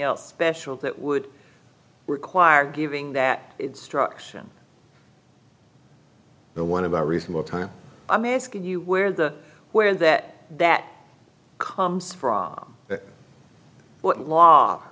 else special that would require giving that struction the one of a reasonable time i'm asking you where the where that that comes from